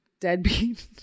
deadbeat